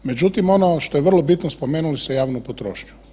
Međutim, ono što je vrlo bitno spomenuli ste javnu potrošnju.